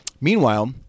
Meanwhile